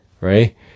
right